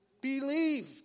believed